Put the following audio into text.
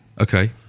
Okay